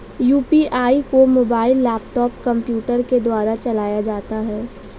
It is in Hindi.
यू.पी.आई को मोबाइल लैपटॉप कम्प्यूटर के द्वारा चलाया जाता है